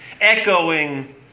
Echoing